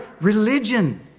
religion